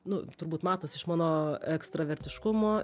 nu turbūt matosi iš mano ekstravertiškumo